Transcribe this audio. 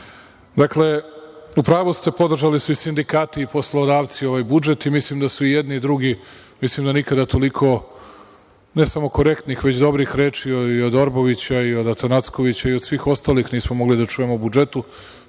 šire. Dakle, u pravu ste, podržali su i sindikati i poslodavci ovaj budžet i mislim da su i jedni i drugi, nikada toliko, ne samo korektnih, već dobrih reči i od Orbovića i od Atanackovića i od svih ostalih nismo mogli da čujemo o budžetu,